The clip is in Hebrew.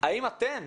האם אתן,